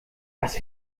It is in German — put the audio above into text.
was